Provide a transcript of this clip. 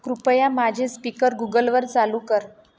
कृपया माझे speaker Google वर चालू कर